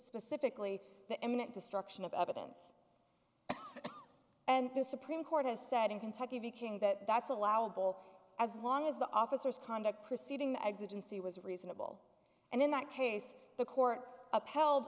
specifically the imminent destruction of evidence and the supreme court has said in kentucky v king that that's allowable as long as the officers conduct preceeding the exit in c was reasonable and in that case the court upheld